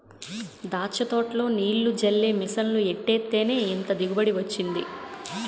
దాచ్చ తోటలో నీల్లు జల్లే మిసన్లు ఎట్టేత్తేనే ఇంత దిగుబడి వొచ్చింది